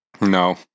No